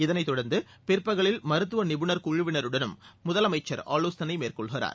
இதளைத்தொடர்ந்து பிற்பகலில் மருத்துவ நிபுணர் குழுவினருடனும் முதலமச்சர் ஆலோசனை மேற்கொள்கிறார்